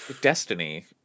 Destiny